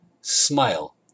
Smile